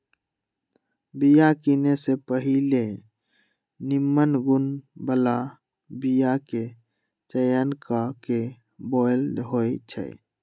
बिया किने से पहिले निम्मन गुण बला बीयाके चयन क के बोआइ होइ छइ